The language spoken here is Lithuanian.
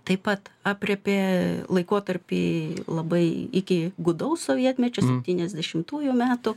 taip pat aprėpė laikotarpį labai iki gūdaus sovietmečio septyniasdešimtųjų metų